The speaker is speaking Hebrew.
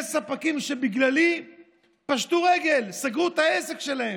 יש ספקים שבגללי פשטו רגל, סגרו את העסק שלהם.